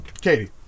Katie